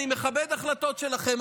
אני מכבד את ההחלטות שלכם,